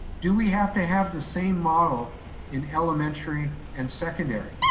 do we have to have the same model in elementary and secondary?